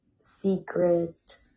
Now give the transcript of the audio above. secret